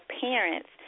parents